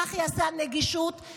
כך ייעשה עם נגישות,